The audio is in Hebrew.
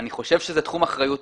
אני חושב שזה תחום אחריותו.